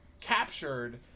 captured